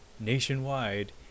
nationwide